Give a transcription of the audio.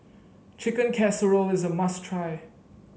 Chicken Casserole is a must try